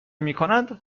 میکنند